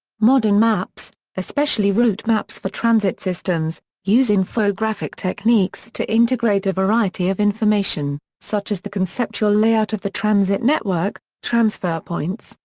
modern maps, especially route maps for transit systems, use infographic techniques to integrate a variety of information, such as the conceptual layout of the transit network, transfer points,